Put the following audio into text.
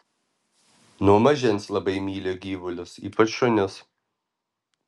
nuo mažens labai myliu gyvulius ypač šunis